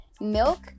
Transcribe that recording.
milk